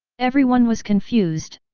everyone was confused.